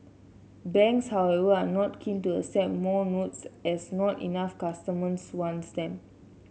banks however are not keen to accept more notes as not enough customers wants them